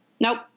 Nope